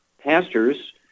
Pastors